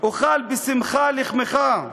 אכֹל בשמחה לחמך",